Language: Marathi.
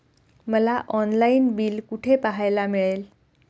मला ऑनलाइन बिल कुठे पाहायला मिळेल?